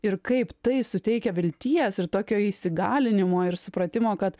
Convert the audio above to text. ir kaip tai suteikia vilties ir tokio įsigalinimo ir supratimo kad